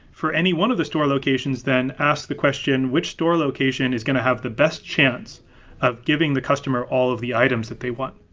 for any one of the store locations, then ask the question which store location is going to have the best chance of giving the customer all of the items that they want?